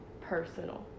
personal